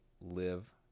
live